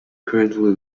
currently